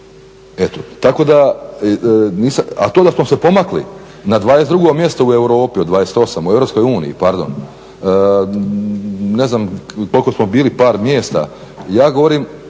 a to da smo se pomakli na 22 mjesto u Europi od 28 u EU, pardon, ne znam koliko smo bili, par mjesta. Ja govorim,